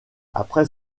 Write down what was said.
après